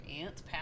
ants